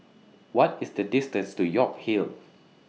What IS The distance to York Hill